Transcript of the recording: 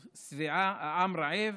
שבעה, העם רעב.